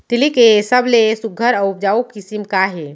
तिलि के सबले सुघ्घर अऊ उपजाऊ किसिम का हे?